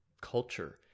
culture